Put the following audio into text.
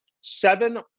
seven